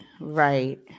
right